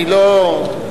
אני לא,